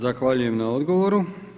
Zahvaljujem na odgovoru.